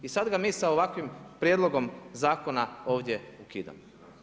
I sad ga mi sa ovakvim prijedlogom zakona ovdje ukidamo.